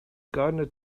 gardener